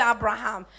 Abraham